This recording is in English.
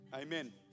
Amen